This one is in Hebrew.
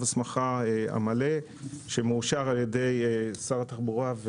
ההסמכה המלא שמאושר על ידי שר התחבורה.